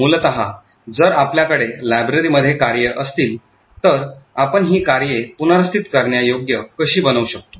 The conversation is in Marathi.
मूलत जर आपल्याकडे लायब्ररीमध्ये कार्ये असतील तर आपण ही कार्ये पुनर्स्थित करण्यायोग्य कशी बनवू शकतो